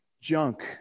junk